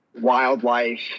wildlife